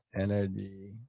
energy